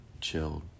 chilled